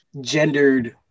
gendered